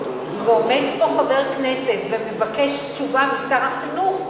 ועומד פה חבר כנסת ומבקש תשובה משר החינוך,